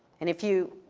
and if you,